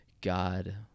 God